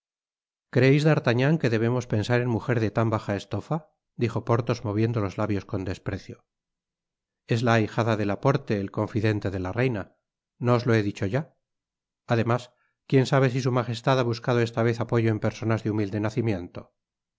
d'artagnan que debemos pensar en mujer de tan baja estofa dijo porthos moviendo los labios con desprecio es la ahijada de laporte del confidente de la reina no os lo he dicho ya además quien sabe si su magestad ha buscado esta vez apoyo en personas de humilde nacimiento